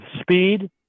speed